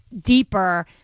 deeper